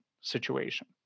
situation